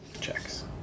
checks